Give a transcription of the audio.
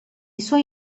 suoi